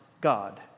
God